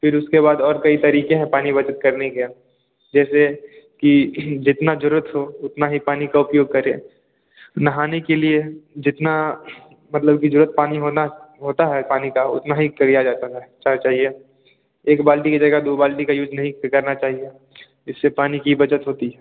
फिर उसके बाद और कई तरीक़े हैं पानी बचत करने के जैसे कि जितनी ज़रूरत हो उतने ही पानी का उपयोग करें नहाने के लिए जितना मतलब कि ज़रूरत पानी होना होता है पानी का उतना ही किया जाता है चा चाहिए एक बाल्टी के जगह दो बाल्टी का यूज़ नहीं करना चाहिए इससे पानी की बचत होती है